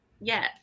Yes